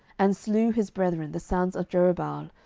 and slew his brethren the sons of jerubbaal,